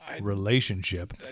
relationship